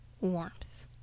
warmth